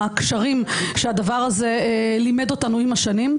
הקשרים שהדבר הזה לימד אותנו עם השנים,